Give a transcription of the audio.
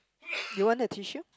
you want a tissue